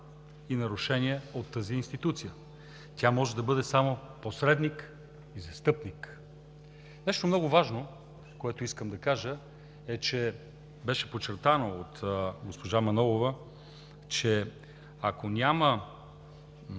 и нарушения от тази институция, тя може да бъде само посредник и застъпник. Нещо много важно, което искам да кажа, беше подчертано от госпожа Манолова, че ако няма